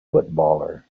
footballer